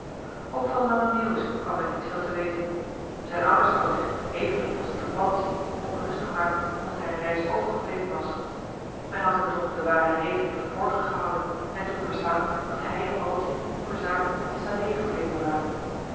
ook van lange meeuwis kwam men niet veel te weten zijn ouders hadden zich evenmin als die van paddeltje ongerust gemaakt omdat hij een reis overgebleven was men had hun toch de ware rede verborgen gehouden en doen verstaan dat hij en paddeltje voor zaken in salé gebleven waren